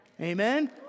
Amen